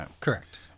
correct